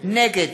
נגד